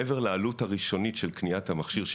מעבר לעלות הראשונית של קניית המכשיר,